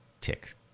tick